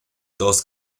dos